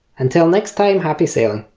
until next time happy sailing!